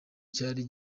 cyari